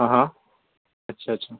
हा हा अच्छा अच्छा